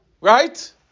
Right